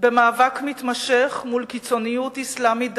במאבק מתמשך מול קיצוניות אסלאמית דתית,